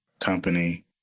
company